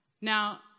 Now